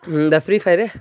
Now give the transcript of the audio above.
இந்த Free fire